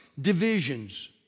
divisions